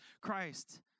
Christ